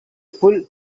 full